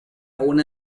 una